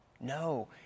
No